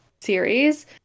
series